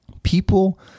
People